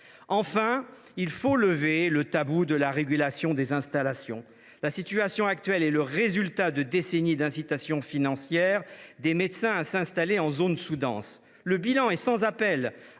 Enfin, il faut lever le tabou de la régulation des installations. La situation actuelle est le résultat de décennies d’incitations financières des médecins à s’installer en zone sous dense. Le bilan est sans appel